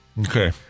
Okay